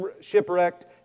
shipwrecked